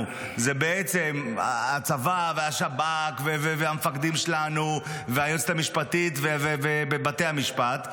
זה בעצם הצבא והשב"כ והמפקדים שלנו והיועצת המשפטית ובתי המשפט,